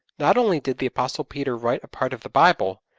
not only did the apostle peter write a part of the bible,